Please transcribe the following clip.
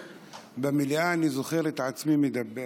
ובמליאה אני זוכר את עצמי מדבר.